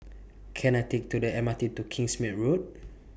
Can I Take to The M R T to Kingsmead Road